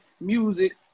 music